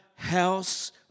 house